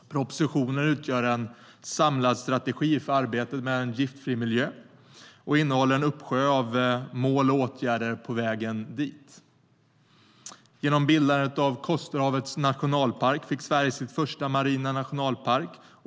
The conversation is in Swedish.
Propositionen utgör en samlad strategi för arbetet för en giftfri miljö och innehåller en uppsjö av mål och åtgärder på väg dit. Genom bildandet av Kosterhavets nationalpark fick Sverige sin första marina nationalpark.